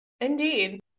indeed